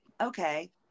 okay